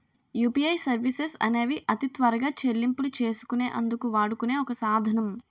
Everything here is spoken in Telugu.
యూపీఐ సర్వీసెస్ అనేవి అతి త్వరగా చెల్లింపులు చేసుకునే అందుకు వాడుకునే ఒక సాధనం